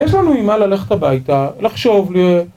איזה נעימה ללכת הביתה, לחשוב ל...